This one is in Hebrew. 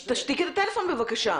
תשתיק את הטלפון, בבקשה.